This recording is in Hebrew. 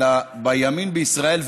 אלא בימין בישראל,